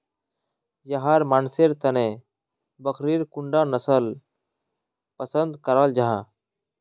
याहर मानसेर तने बकरीर कुंडा नसल पसंद कराल जाहा?